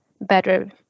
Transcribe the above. better